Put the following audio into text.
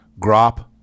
grop